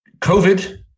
COVID